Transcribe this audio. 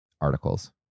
articles